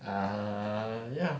ah ya